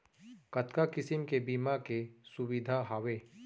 कतका किसिम के बीमा के सुविधा हावे?